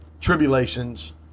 tribulations